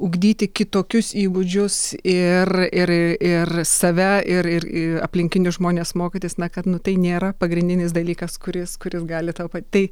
ugdyti kitokius įgūdžius ir ir ir save ir ir į aplinkinius žmones mokytis na kad nu tai nėra pagrindinis dalykas kuris kuris gali tau pa tai